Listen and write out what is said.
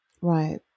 Right